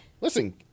listen